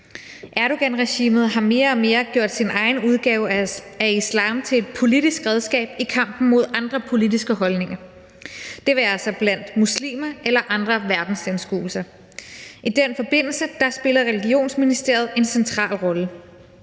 Erdoganregimet har mere og mere gjort sin egen udgave af islam til et politisk redskab i kampen mod andre politiske holdninger, det være sig blandt muslimer eller andre verdensanskuelser. I den forbindelse spiller religionsministeriet en central rolle.